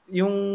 yung